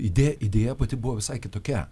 idėja idėja pati buvo visai kitokia